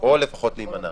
או לפחות להימנע.